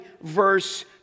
verse